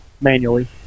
manually